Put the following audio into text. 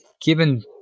given